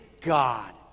God